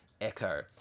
echo